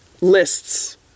lists